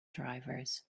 drivers